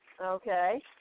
Okay